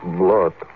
blood